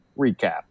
recap